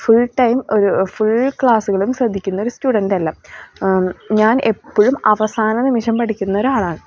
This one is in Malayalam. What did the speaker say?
ഫുൾ ടൈം ഒരു ഫുൾ ക്ലാസ്സുകളും ശ്രദ്ധിക്കുന്ന ഒരു സ്റ്റുഡന്റ് അല്ല ഞാൻ എപ്പൊഴും അവസാന നിമിഷം പഠിക്കുന്നൊരാളാണ്